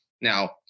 now